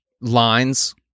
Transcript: lines